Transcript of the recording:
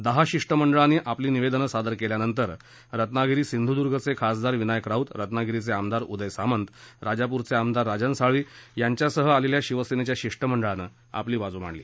दहा शिष्टमंडळांनी आपली निवेदनं सादर केल्यानंतर रत्नागिरी सिंधुदुर्गचे खासदार विनायक राऊत रत्नागिरीचे आमदार उदय सामंत राजापूरचे आमदार राजन साळवी यांच्यासह आलेल्या शिवसेनेच्या शिष्टमंडळानं आपली बाजू मांडली